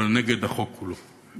אבל נגד החוק כולו.